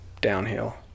downhill